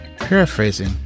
paraphrasing